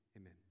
amen